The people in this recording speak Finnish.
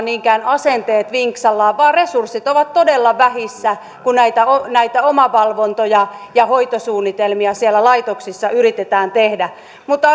niinkään asenteet vinksallaan vaan resurssit ovat todella vähissä kun näitä näitä omavalvontoja ja hoitosuunnitelmia siellä laitoksissa yritetään tehdä mutta